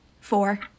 Four